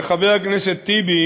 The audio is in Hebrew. חבר הכנסת טיבי